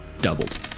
Doubled